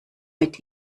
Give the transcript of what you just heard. mit